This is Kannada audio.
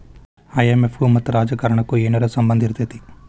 ಐ.ಎಂ.ಎಫ್ ಗು ಮತ್ತ ರಾಜಕಾರಣಕ್ಕು ಏನರ ಸಂಭಂದಿರ್ತೇತಿ?